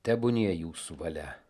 tebūnie jūsų valia